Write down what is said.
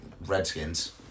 Redskins